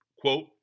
Quote